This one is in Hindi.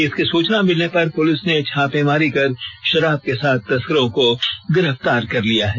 इसकी सूचना मिलने पर पुलिस ने छापेमारी कर शराब के साथ तस्करों को गिरफ्तार कर लिया है